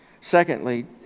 Secondly